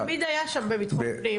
אבל זה היה תמיד במשרד לביטחון הפנים.